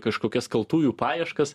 kažkokias kaltųjų paieškas